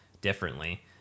differently